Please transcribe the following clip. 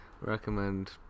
recommend